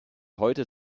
heute